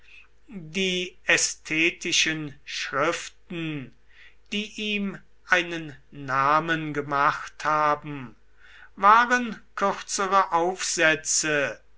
die ästhetischen schriften die ihm einen namen gemacht haben waren kürzere aufsätze